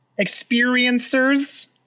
experiencers